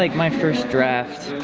like my first draft